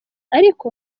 ariko